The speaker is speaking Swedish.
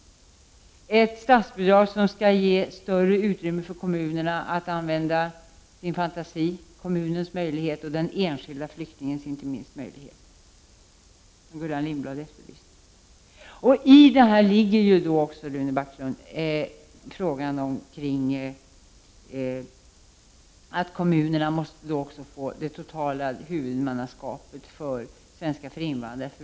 Detta statsbidrag skall också ge större utrymme för kommunerna att använda sin fantasi, inte minst när det gäller att tillvarata den enskilde flyktingens möjligheter, vilket Gullan Lindblad efterlyste. I detta ligger också, Rune Backlund, frågan om att ge kommunerna det totala huvudmannaskapet för svenska för invandrare.